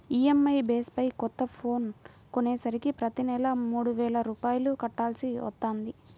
EMI base పై కొత్త phone కొనేసరికి ప్రతి నెలా మూడు వేల రూపాయలు కట్టాల్సి వత్తంది